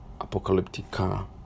Apocalyptica